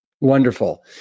wonderful